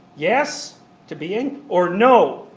yes to being, or no?